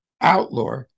outlaw